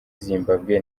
zimbabwe